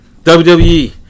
WWE